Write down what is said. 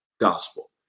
gospel